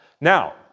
Now